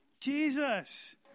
Jesus